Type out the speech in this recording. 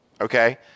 okay